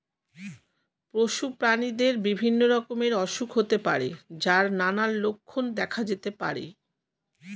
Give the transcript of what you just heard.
পশু প্রাণীদের বিভিন্ন রকমের অসুখ হতে পারে যার নানান লক্ষণ দেখা যেতে পারে